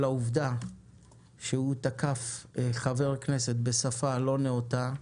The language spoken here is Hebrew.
העובדה שהוא תקף חבר כנסת בשפה לא נאותה,